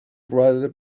rather